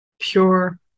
pure